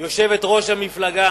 יושבת-ראש המפלגה,